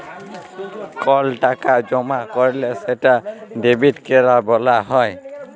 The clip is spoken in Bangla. কল টাকা জমা ক্যরলে সেটা ডেবিট ক্যরা ব্যলা হ্যয়